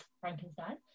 Frankenstein